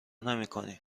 نمیکنی